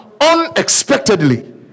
unexpectedly